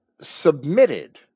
submitted